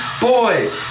boy